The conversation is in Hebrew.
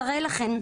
אז הרי לכן,